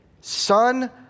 son